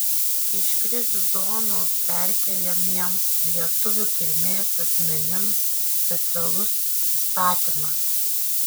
iš krizių zonų perkeliamiems lietuvių kilmės asmenims specialus įstatymas